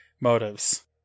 motives